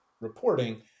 reporting